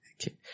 Okay